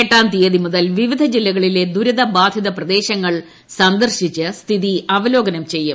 എട്ടാം തീയതി മുതൽ വിപിധ ജില്ലകളിലെ ദുരിത ബാധിത പ്രദേശങ്ങൾ സന്ദർശിച്ച് സ്ഥിതി അവലോകനം ചെയ്യും